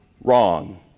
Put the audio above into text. wrong